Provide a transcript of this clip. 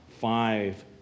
five